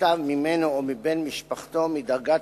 בכתב ממנו או מבן משפחתו מדרגת